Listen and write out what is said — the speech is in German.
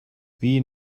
wien